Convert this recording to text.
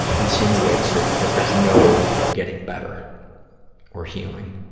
insinuates that that there's no getting better or healing.